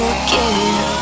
again